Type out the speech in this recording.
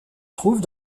trouve